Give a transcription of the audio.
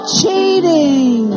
cheating